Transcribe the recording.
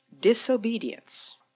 disobedience